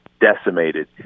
decimated